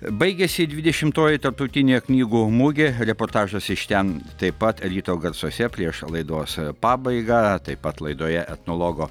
baigėsi dvidešimtoji tarptautinė knygų mugė reportažas iš ten taip pat ryto garsuose prieš laidos pabaigą taip pat laidoje etnologo